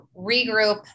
regroup